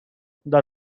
know